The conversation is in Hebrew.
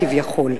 כביכול,